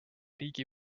riigi